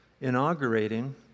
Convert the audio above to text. inaugurating